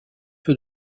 peu